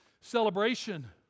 celebration